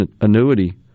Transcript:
annuity